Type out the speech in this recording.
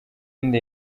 inda